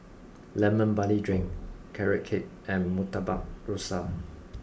Lemon Barley Drink Carrot Cake and Murtabak Rusa